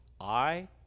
I